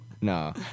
No